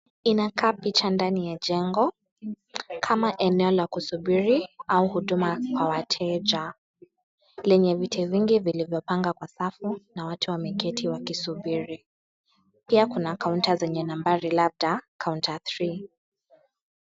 Inakaa picha ndani ya jengo kama eneo la kusubiri au huduma kwa wateja. Lenye viti vingi vilivopangwa kwa safu na watu wameketi wakisubiri. Pia kuna kaunta zenye nambari labda kaunta 3.